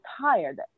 tired